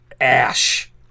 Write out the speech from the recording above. Ash